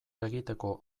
egiteko